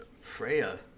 freya